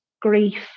grief